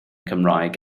cymraeg